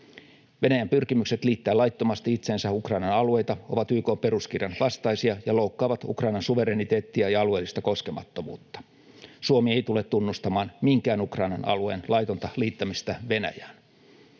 Venäjän pyrkimykset liittää laittomasti itseensä Ukrainan alueita ovat YK:n peruskirjan vastaisia ja loukkaavat Ukrainan suvereniteettia ja alueellista koskemattomuutta. Suomi ei tule tunnustamaan minkään Ukrainan alueen laitonta liittämistä Venäjään.